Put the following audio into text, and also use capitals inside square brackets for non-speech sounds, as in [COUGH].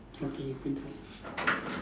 okay you put down [NOISE]